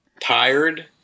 tired